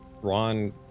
Ron